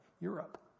Europe